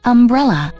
Umbrella